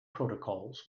protocols